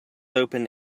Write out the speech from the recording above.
open